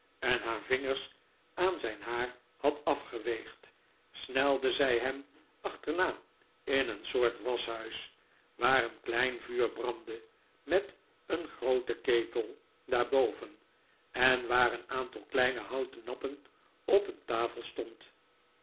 en haar vingers aan zijn haar had afgeveegd snelde zij hem achterna in een soort waschhuis waar een klein vuur brandde met een grooten ketel daarboven en waar een aantal kleine houten nappen op een tafel stond